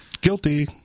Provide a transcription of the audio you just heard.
guilty